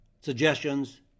suggestions